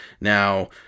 Now